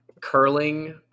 curling